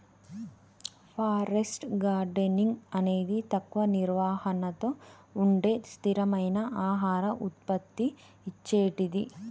forest gardening అనేది తక్కువ నిర్వహణతో ఉండే స్థిరమైన ఆహార ఉత్పత్తి ఇచ్చేటిది